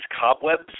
cobwebs